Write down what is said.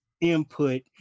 input